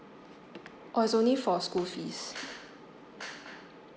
oh it's only for school fees